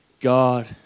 God